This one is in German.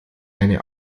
eine